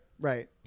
right